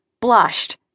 blushed